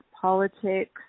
politics